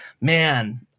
Man